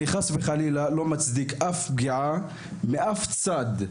אני חס וחלילה לא מצדיק אף פגיעה, מאף צד.